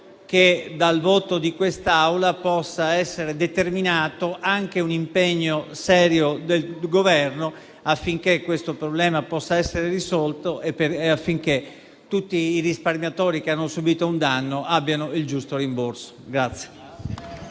che dal voto dell'Assemblea possa essere determinato anche un impegno serio del Governo, affinché questo problema possa essere risolto e affinché tutti i risparmiatori che hanno subito un danno abbiano il giusto rimborso.